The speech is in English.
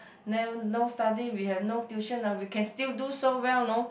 never no study we have no tuition ah we can still do so well know